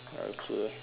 okay